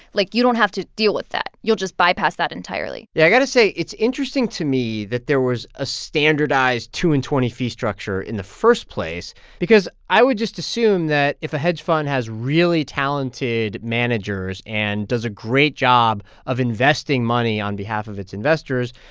like, you don't have to deal with that you'll just bypass that entirely yeah, i got to say, it's interesting to me that there was a standardized two percent and twenty percent fee structure in the first place because i would just assume that if a hedge fund has really talented managers and does a great job of investing money on behalf of its investors,